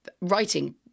writing